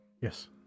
Yes